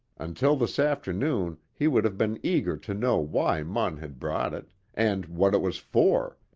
until this afternoon he would have been eager to know why munn had brought it and what it was for.